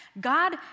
God